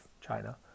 China